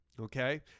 Okay